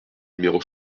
numéro